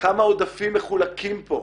כמה עודפים מחולקים פה.